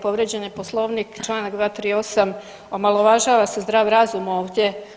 Povrijeđen je Poslovnik, čl. 238, omalovažava se zdrav razum ovdje.